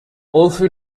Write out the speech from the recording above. wolfe